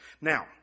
Now